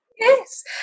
yes